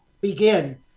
begin